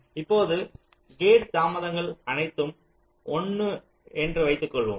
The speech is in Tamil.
இப்போது கேட் தாமதங்கள் அனைத்தும் 1 என்று வைத்துக் கொள்வோம்